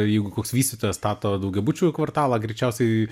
jeigu koks vystytojas stato daugiabučių kvartalą greičiausiai